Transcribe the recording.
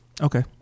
Okay